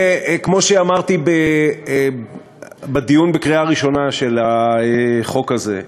כמו שאמרתי בדיון בקריאה הראשונה של החוק הזה,